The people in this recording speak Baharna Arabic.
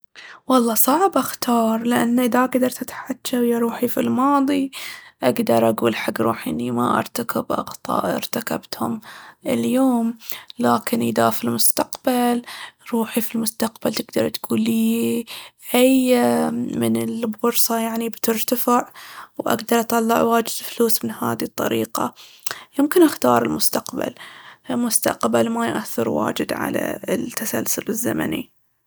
والله صعب أختار، لأن إذا قدرت أتحجج ويا روحي في الماضي أقدر أقول حق روحي إني ما أرتكب أخطاء ارتكبتهم اليوم. لكن إذا في المستقبل، روحي في المستقبل تقدر تقول ليي أي من البورصة يعني بترتفع وأقدر أطلع واجد فلوس من هاذي الطريقة. يمكن أختار المستقبل. المستقبل ما يأثر واجد على التسلسل الزمني.